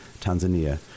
Tanzania